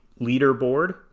leaderboard